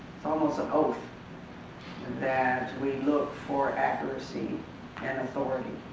it's almost an oath that we look for accuracy and authority,